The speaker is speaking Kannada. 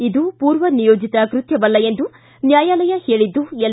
ಇದು ಪೂರ್ವನಿಯೋಜಿತ ಕೃತ್ತವಲ್ಲ ಎಂದು ನ್ಯಾಯಾಲಯ ಹೇಳಿದ್ದು ಎಲ್